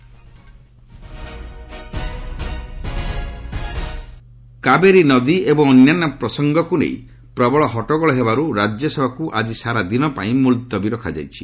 pearl ଆଡଜର୍ମ କାବେରୀ ନଦୀ ଏବଂ ଅନ୍ୟାନ୍ୟ ପ୍ରସଙ୍ଗକୁ ନେଇ ପ୍ରବଳ ହଟ୍ଟଗୋଳ ହେବାରୁ ରାଜ୍ୟସଭାକୁ ଆଜି ସାରାଦିନ ପାଇଁ ମୁଲତବୀ ରଖାଯାଇଛି